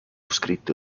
scritto